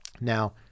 Now